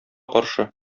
каршы